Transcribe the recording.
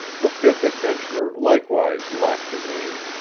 the fifth adventurer likewise lacked a name,